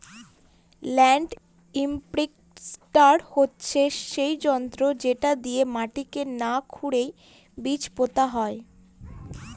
land imprinter হচ্ছে সেই যন্ত্র যেটা দিয়ে মাটিকে না খুরেই বীজ পোতা হয়